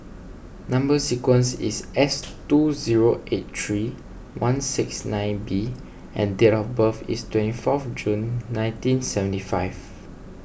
Number Sequence is S two zero eight three one six nine B and date of birth is twenty four June nineteen seventy five